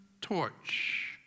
torch